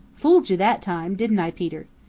fooled you that time, didn't i, peter?